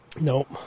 Nope